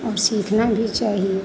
और सीखना भी चाहिए